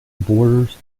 borders